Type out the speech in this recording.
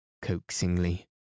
coaxingly